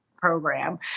program